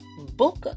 Book